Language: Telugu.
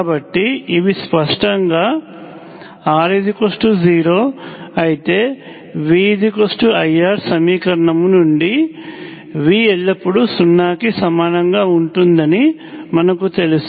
కాబట్టి ఇవి స్పష్టంగా R 0 అయితే V IR సమీకరణము నుండి V ఎల్లప్పుడూ సున్నాకి సమానంగా ఉంటుందని మనకు తెలుసు